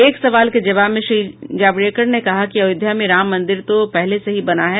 एक सवाल के जबाव में श्री जावडेकर ने कहा कि अयोध्या में राम मंदिर तो पहले से ही बना है